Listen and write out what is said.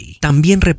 También